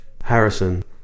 Harrison